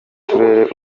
turere